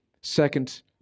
second